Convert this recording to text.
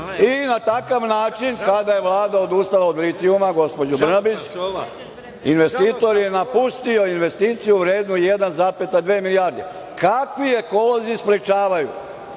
i na takav način, tada je Vlada odustala od litijuma, gospođo Brnabić, investitor je napustio investiciju vrednu 1,2 milijarde. Kakvi ekolozi sprečavaju